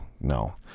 No